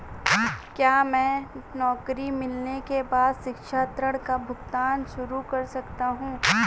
क्या मैं नौकरी मिलने के बाद शिक्षा ऋण का भुगतान शुरू कर सकता हूँ?